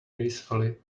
gracefully